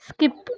skip